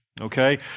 Okay